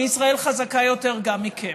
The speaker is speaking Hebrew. וישראל חזקה יותר גם מכם.